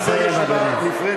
שווה ישיבה נפרדת.